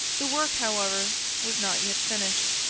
the work, however, was not yet finished.